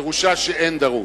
פירושה שאין דרוש.